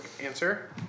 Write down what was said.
answer